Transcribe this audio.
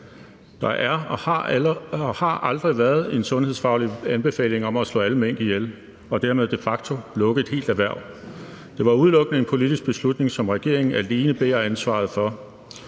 Der er ikke og har aldrig været en sundhedsfaglig anbefaling om at slå alle mink ihjel og dermed de facto lukke et helt erhverv. Det var udelukkende en politisk beslutning, som regeringen alene bærer ansvaret for.